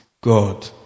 God